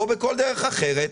או בכל דרך אחרת.